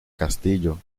castillo